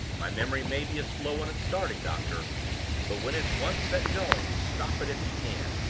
my memory may be a slow one at starting, doctor but when it's once set going, stop it if you can!